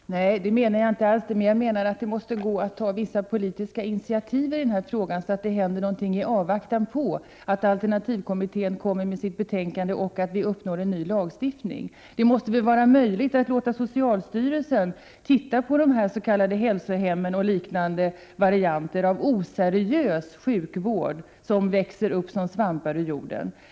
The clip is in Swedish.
Fru talman! Nej, det menar jag inte alls. Jag menar dock att det måste gå att ta vissa politiska initiativ i frågan så att det händer något i avvaktan på att alternativmedicinkommittén kommer med sitt betänkande och vi kan uppnå en ny lagstiftning. Det måste väl vara möjligt att låta socialstyrelsen titta på de s.k. hälsohemmen och liknande varianter av oseriös sjukvård som växer upp som svampar ur jorden?